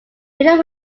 video